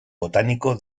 botánico